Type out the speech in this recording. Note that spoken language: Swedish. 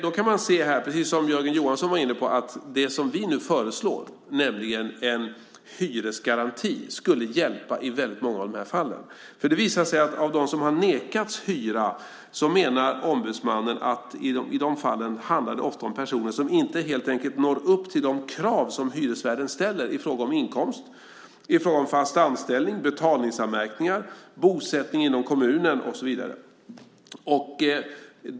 Man kan se, precis som Jörgen Johansson var inne på, att det som vi nu föreslår, nämligen en hyresgaranti, skulle hjälpa i väldigt många av de fallen. Det visar sig att när det gäller dem som har nekats hyra menar ombudsmannen att det i de fallen ofta handlar om personer som helt enkelt inte når upp till de krav som hyresvärden ställer i fråga om inkomst, fast anställning, betalningsanmärkningar, bosättning inom kommunen och så vidare.